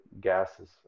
gases